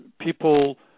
people